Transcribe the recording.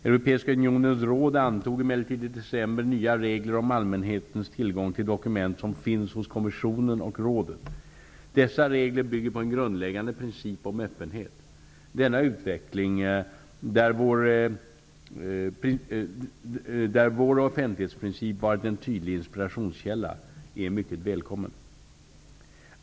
Europeiska unionens råd antog emellertid i december nya regler om allmänhetens tillgång till dokument som finns hos kommissionen och rådet. Dessa regler bygger på en grundläggande princip om öppenhet. Denna utveckling, där vår offentlighetsprincip varit en tydlig inspirationskälla, är mycket välkommen.